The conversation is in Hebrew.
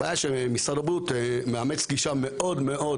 הבעיה שמשרד הבריאות מאמץ גישה מאוד-מאוד